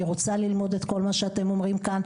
אני רוצה ללמוד את כול מה שאתם אומרים כאן.